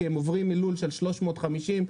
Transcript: כי הן עוברות מלול של 350 סמ"ר,